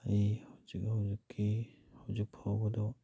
ꯑꯩ ꯍꯧꯖꯤꯛ ꯍꯧꯖꯤꯛꯀꯤ ꯍꯧꯖꯤꯛ ꯐꯥꯎꯕꯗꯣ